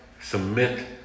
submit